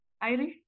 Irish